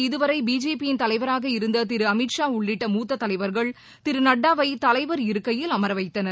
இதுவரை பிஜேபி யின் தலைவராக இருந்த திரு அமித்ஷா உள்ளிட்ட மூத்த தலைவர்கள் திரு நட்டாவை தலைவர் இருக்கையில் அமர வைத்தனர்